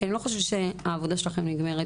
כי אני חושבת שהעבודה שלכם לא נגמרת